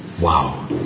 wow